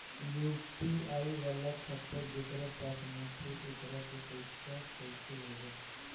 UPI वाला खाता जेकरा पास नईखे वोकरा के पईसा कैसे भेजब?